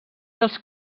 dels